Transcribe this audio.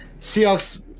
Seahawks